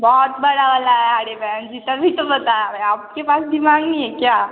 बहुत बड़ा वाला है अरे बहन जी तभी तो बता रहे हैं आपके पास दिमाग नहीं है क्या